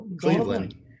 Cleveland